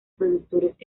productores